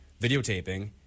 videotaping